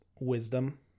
wisdom